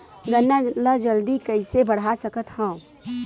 गन्ना ल जल्दी कइसे बढ़ा सकत हव?